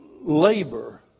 labor